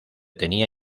tenía